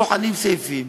בוחנים סעיפים